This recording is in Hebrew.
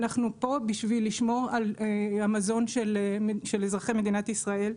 אנחנו פה בשביל לשמור על המזון של אזרחי מדינת ישראל,